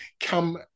come